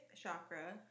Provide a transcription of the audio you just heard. chakra